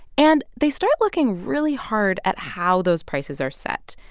and they start looking really hard at how those prices are set,